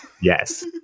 Yes